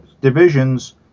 divisions